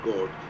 God